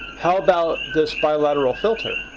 how about this bilateral filter?